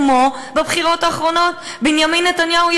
כמו בבחירות האחרונות: בנימין נתניהו היה